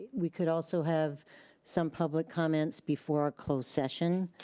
we could also have some public comments before a closed session,